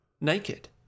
naked